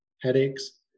headaches